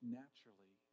naturally